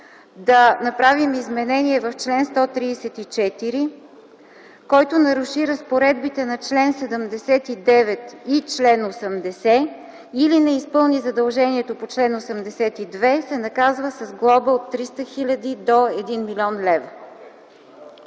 да направим изменение в чл. 134: „Който наруши разпоредбите на чл. 79 и чл. 80 или не изпълни задължението по чл. 82, се наказва с глоба от 300 000 до 1 млн. лв.”